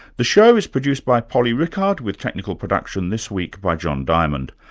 the show is produced by polly rickard, with technical production this week by john diamond.